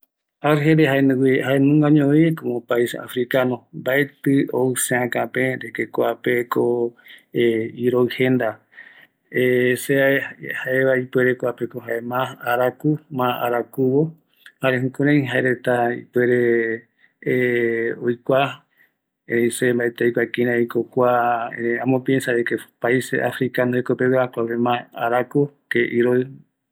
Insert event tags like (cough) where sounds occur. Kua tëtä argelia jaenungañovi, como pais Africano, mbatï ou seäka pe de que kuapeko (hesitation) iroï jenda (hesitation) se jaeva ipuereko kuape mas araku, mas arakuvo, jare kuarai jaereta ipuere (hesitation) oikua, erei se mbaetï aikua kiraiko kua, amopiensa de que paises africano jeko pegua que por de mas araku que iroï.